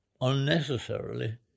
unnecessarily